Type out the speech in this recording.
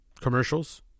commercials